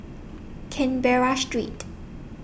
Canberra Street